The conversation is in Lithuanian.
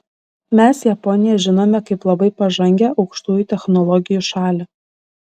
mes japoniją žinome kaip labai pažangią aukštųjų technologijų šalį